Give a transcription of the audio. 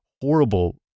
horrible